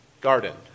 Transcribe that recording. garden